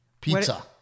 pizza